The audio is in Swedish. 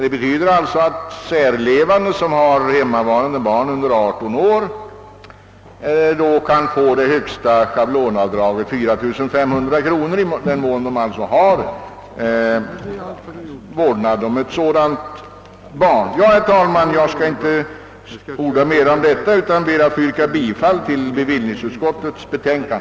Det betyder alltså att särlevande som har vårdnaden om hemmavarande barn under 18 år kan få det högsta schablonavdraget, 4 500 kronor. Herr talman! Jag skall inte orda mer om detta utan ber att få yrka bifall till utskottets hemställan.